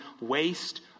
waste